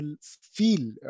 feel